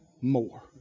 more